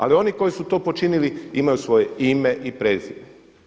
Ali oni koji su to počinili imaju svoje ime i prezime.